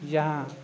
ᱡᱟᱦᱟᱸ